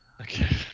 Okay